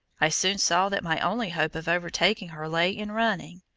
i soon saw that my only hope of overtaking her lay in running.